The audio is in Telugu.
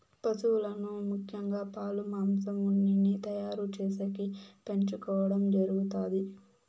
పసువులను ముఖ్యంగా పాలు, మాంసం, ఉన్నిని తయారు చేసేకి పెంచుకోవడం జరుగుతాది